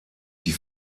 die